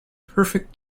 perfect